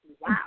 Wow